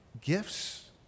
gifts